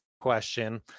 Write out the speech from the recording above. question